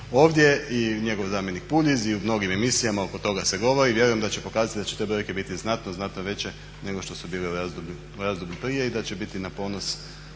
ovdje i njegov zamjenik Puljiz i u mnogim emisijama oko toga se govori i vjerujem da će pokazati da će te brojke biti znatno, znatno veće nego što su bile u razdoblju prije i da će biti na ponos